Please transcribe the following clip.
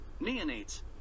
Neonates